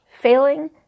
failing